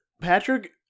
Patrick